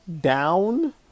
down